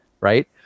right